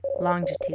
Longitude